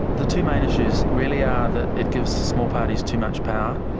the two main issues really are that it gives small parties too much power.